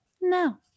no